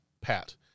Pat